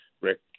Rick